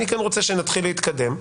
אני כן רוצה שנתחיל להתקדם.